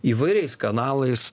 įvairiais kanalais